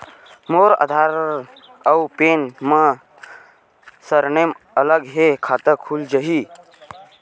मोर आधार आऊ पैन मा सरनेम अलग हे खाता खुल जहीं?